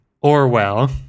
orwell